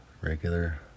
Regular